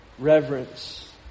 Reverence